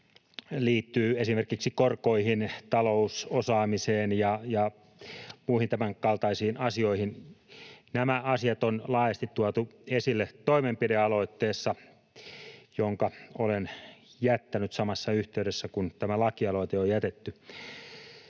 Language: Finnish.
liittyy esimerkiksi korkoihin, talousosaamiseen ja muihin tämänkaltaisiin asioihin. Nämä asiat on laajasti tuotu esille toimenpidealoitteessa, jonka olen jättänyt samassa yhteydessä kuin tämä lakialoite on jätetty.